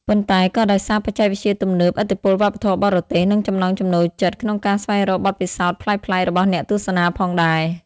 ប៉ុន្តែក៏ដោយសារបច្ចេកវិទ្យាទំនើប ឥទ្ធិពលវប្បធម៌បរទេស និងចំណង់ចំណូលចិត្តក្នុងការស្វែងរកបទពិសោធន៍ប្លែកៗរបស់អ្នកទស្សនាផងដែរ។